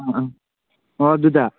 ꯑꯪ ꯑꯪ ꯑꯣ ꯑꯗꯨꯗ